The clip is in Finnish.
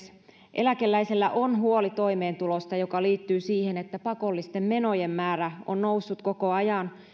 eläkeläisillä on huoli toimeentulosta mikä liittyy siihen että pakollisten menojen määrä on noussut koko ajan